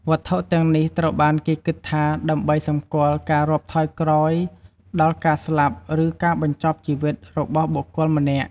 វត្ថុទាំងនេះត្រូវបានគេគិតថាដើម្បីសម្គាល់ការរាប់ថយក្រោយដល់ការស្លាប់ឬការបញ្ចប់ជីវិតរបស់បុគ្គលម្នាក់។